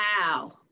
Wow